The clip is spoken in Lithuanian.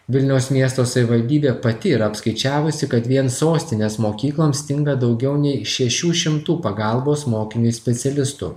vilniaus miesto savivaldybė pati yra apskaičiavusi kad vien sostinės mokyklom stinga daugiau nei šešių šimtų pagalbos mokiniui specialistų